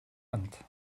land